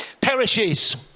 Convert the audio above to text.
perishes